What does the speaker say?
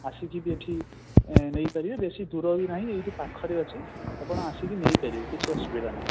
ଆସିକି ବି ଏଠି ନେଇ ପାରିବେ ବେଶି ଦୂର ବି ନାହିଁ ଏଇଠି ପାଖରେ ଅଛି ଆପଣ ଆସିକି ନେଇପାରିବେ କିଛି ଅସୁବିଧା ନାହିଁ